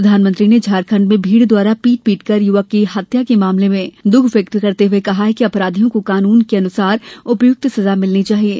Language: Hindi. प्रधानमंत्री ने झारखण्ड में भीड़ द्वारा पीट पीटकर युवक की हत्या के मामले में दुःख व्यक्त करते हुए कहा कि अपराधियों को कानून के अनुसार उपयुक्त सजा मिलनी चाहिये